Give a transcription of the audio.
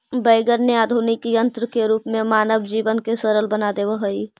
wagon ने आधुनिक यन्त्र के रूप में मानव जीवन के सरल बना देवऽ हई